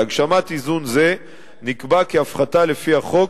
להגשמת איזון זה נקבע כי הפחתה לפי החוק